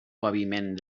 paviment